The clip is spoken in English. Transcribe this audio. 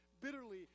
bitterly